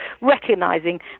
recognising